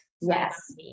Yes